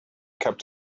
kept